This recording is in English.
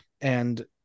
And-